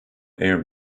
air